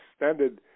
extended